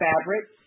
fabrics